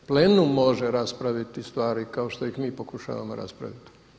Plenum može raspraviti stvari kao što ih mi pokušavamo raspraviti.